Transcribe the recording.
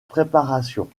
préparation